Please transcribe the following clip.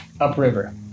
upriver